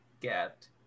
get